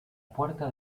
puerta